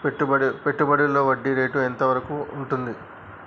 పెట్టుబడులలో వడ్డీ రేటు ఎంత వరకు ఉంటది?